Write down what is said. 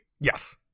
Yes